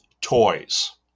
toys